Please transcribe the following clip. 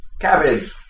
cabbage